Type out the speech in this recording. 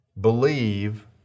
believe